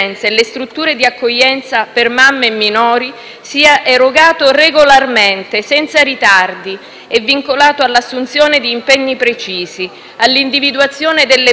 sia erogato regolarmente, senza ritardi e vincolato all'assunzione di impegni precisi, all'individuazione delle priorità e alla valutazione dei risultati ottenuti.